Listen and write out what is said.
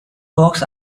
dogs